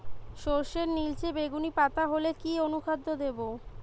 সরর্ষের নিলচে বেগুনি পাতা হলে কি অনুখাদ্য দেবো?